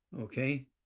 Okay